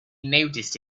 noticed